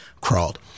crawled